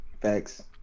Thanks